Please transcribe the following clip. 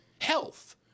health